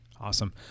Awesome